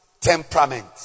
temperament